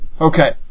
Okay